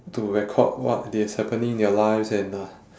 to record what is happening in their lives and uh